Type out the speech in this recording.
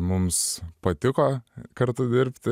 mums patiko kartu dirbti